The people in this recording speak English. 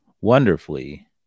wonderfully